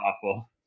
awful